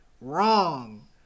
Wrong